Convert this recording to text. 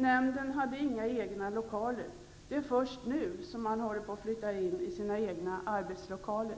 Nämnden hade inga egna lokaler. Det är först nu som man håller på att flytta in i egna arbetslokaler.